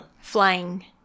flying